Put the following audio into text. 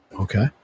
Okay